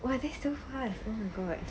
!wah! they so fast